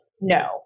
no